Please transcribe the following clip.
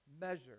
measure